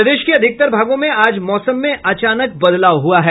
प्रदेश के अधिकतर भागों में आज मौसम में अचानक बदलाव हुआ है